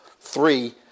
three